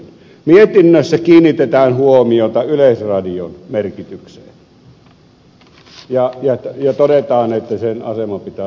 mietinnössä kiinnitetään huomiota yleisradion merkitykseen ja todetaan että sen asema pitää turvata